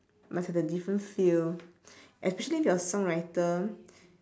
must have the different feel actually if you're a song writer